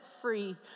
free